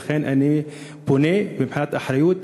ולכן אני פונה, מבחינת אחריות: